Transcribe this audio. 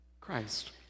Christ